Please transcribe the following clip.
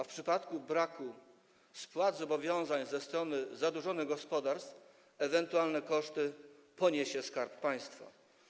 W przypadku braku spłat zobowiązań ze strony zadłużonych gospodarstw ewentualne koszty poniesie Skarb Państwa.